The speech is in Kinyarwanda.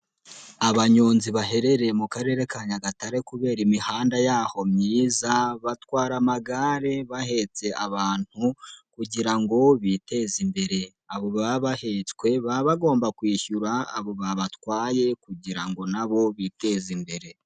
Abanyonzi baherereye mu Karere ka Nyagatare kubera imihanda yaho myiza batwara amagare bahetse abantu kugira ngo biteze imbere, abo baba bahetswe baba bagomba kwishyura abo babatwaye kugira ngo na bo biteze imbere.